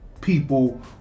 people